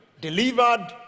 delivered